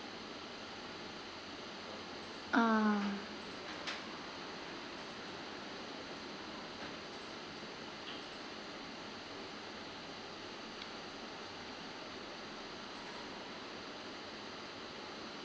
ah